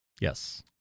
Yes